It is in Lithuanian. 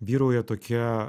vyrauja tokia